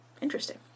Interesting